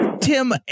Tim